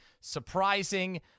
Surprising